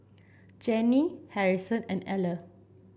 Jenny Harrison and Eller